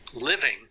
living